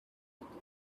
thought